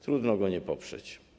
Trudno go nie poprzeć.